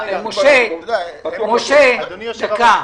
אדוני יושב-הראש,